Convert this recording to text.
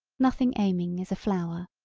nothing aiming is a flower,